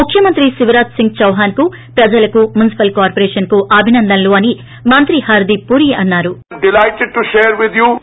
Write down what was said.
ముఖ్యమంత్రి శివరాజ్ సింగ్ చౌహాన్కు ప్రజలకు మున్పిపల్ కార్చొరేషన్కు అభినందనలు అని మంత్రి హర్గీప్ పూరీ అన్నారు